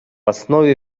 основе